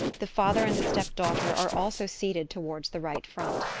the father and the step-daughter are also seated towards the right front.